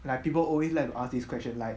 like people always like to ask this question like